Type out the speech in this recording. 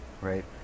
right